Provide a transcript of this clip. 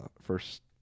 first